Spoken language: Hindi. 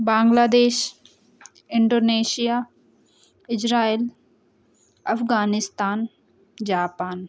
Bangladesh Indonesia Israel Afghanistan Japan